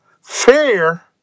fair